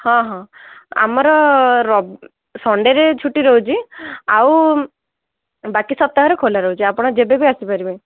ହଁ ହଁ ଆମର ରବ ସନଣ୍ଡେରେ ଛୁଟି ରହୁଛି ଆଉ ବାକି ସପ୍ତାହରେ ଖୋଲା ରହୁଛି ଆପଣ ଯେବେବି ଆସିପାରିବେ